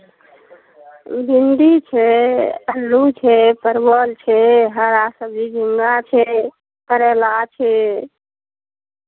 भिण्डी छै आलू छै परवल छै हरा सब्जी झिङ्गा छै करैला छै